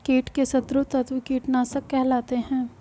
कीट के शत्रु तत्व कीटनाशक कहलाते हैं